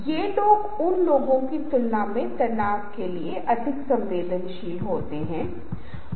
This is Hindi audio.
यदि आप अपनी प्रस्तुति के भीतर एक ऑडियो विजुअल लगा रहे हैं तो यह एक अलग बात है